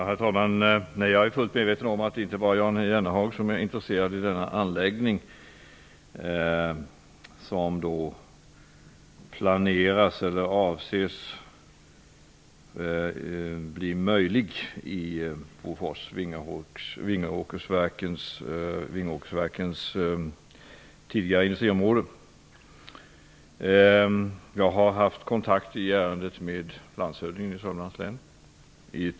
Herr talman! Jag är fullt medveten om att det inte bara är Jan Jennehag som intresserar sig för denna anläggning, som avses genomföras i Bofors Vingåkersverkens tidigare industriområde. Jag har, i ett väldigt tidigt skede, haft kontakt i ärendet med landshövdingen i Sörmlands län.